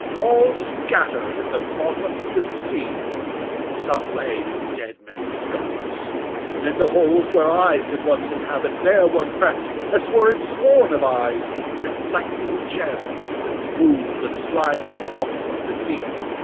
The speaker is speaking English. all scatt'red in the bottom of the sea some lay in dead men's skulls and in the holes where eyes did once inhabit there were crept as twere in scorn of eyes reflecting gems, that woo'd the slimy bottom of the deep,